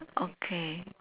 okay